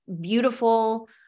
beautiful